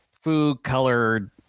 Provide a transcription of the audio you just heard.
food-colored